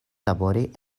labori